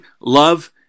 Love